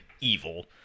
evil